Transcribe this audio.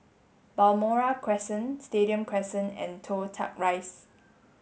Balmoral Crescent Stadium Crescent and Toh Tuck Rise